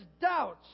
doubts